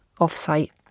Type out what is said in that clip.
Off-site